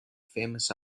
famous